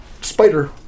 spider